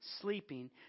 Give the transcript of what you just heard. sleeping